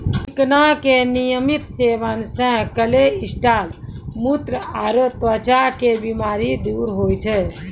चिकना के नियमित सेवन से कोलेस्ट्रॉल, मुत्र आरो त्वचा के बीमारी दूर होय छै